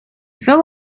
fell